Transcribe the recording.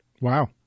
Wow